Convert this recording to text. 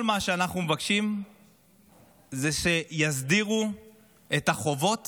כל מה שאנחנו מבקשים זה שיסדירו את החובות